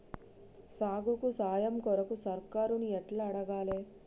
సాగుకు సాయం కొరకు సర్కారుని ఎట్ల అడగాలే?